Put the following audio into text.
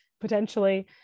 potentially